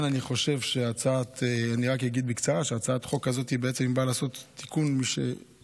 אני רק אגיד בקצרה שהצעת החוק הזאת בעצם באה לעשות תיקון עוול: